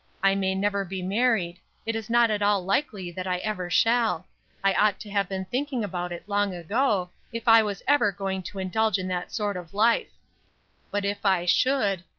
i may never be married it is not at all likely that i ever shall i ought to have been thinking about it long ago, if i was ever going to indulge in that sort of life but if i should,